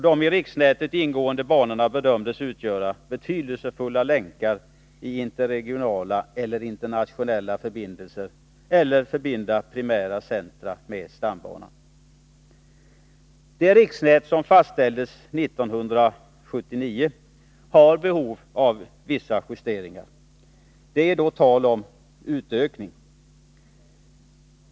De i riksnätet ingående banorna bedömdes utgöra betydelsefulla länkar i interregionala eller internationella förbindelser eller förbinda primära centra med stambanan. Det föreligger i det riksnät som fastlades enligt beslutet 1979 behov av vissa justeringar. Det är då tal om utökning.